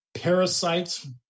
parasites